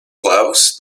blouse